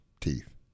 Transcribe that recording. teeth